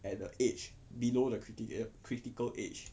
at the age below the critic~ critical age